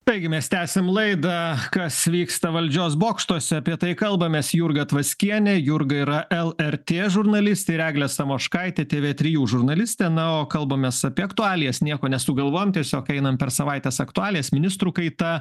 taigi mes tęsiam laidą kas vyksta valdžios bokštuose apie tai kalbamės jurga tvaskienė jurga yra lrt žurnalistė ir eglė samoškaitė tv trijų žurnalistė na o kalbamės apie aktualijas nieko nesugalvojom tiesiog einam per savaitės aktualijas ministrų kaita